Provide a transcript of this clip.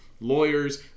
lawyers